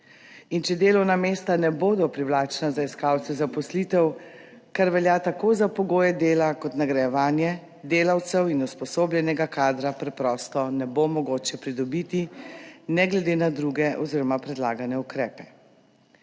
In če delovna mesta ne bodo privlačna za iskalce zaposlitev, kar velja tako za pogoje dela kot nagrajevanje delavcev, usposobljenega kadra preprosto ne bo mogoče pridobiti, ne glede na druge oziroma predlagane ukrepe.